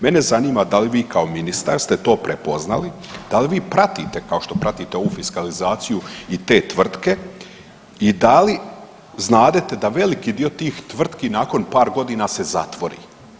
Mene zanima da li vi kao ministar ste to prepoznali, da li vi pratite kao što pratite ovu fiskalizaciju i te tvrtke i da li znadete da veliki dio tih tvrtki nakon par godina se zatvori?